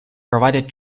provided